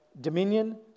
dominion